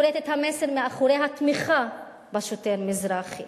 קוראת את המסר שמאחורי התמיכה בשוטר מזרחי.